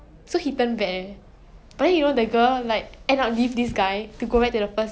this one I like about chinese drama it's like more realistic even though 戏比较长